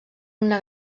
una